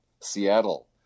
Seattle